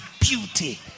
beauty